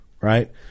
right